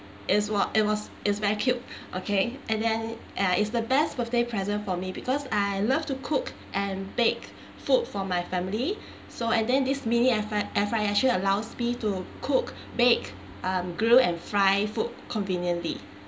is was it was is very cute okay and then uh is the best birthday present for me because I love to cook and bake food for my family so and then this mini air fryer air fryer actually allows me to cook bake um grill and fry food conveniently